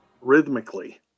rhythmically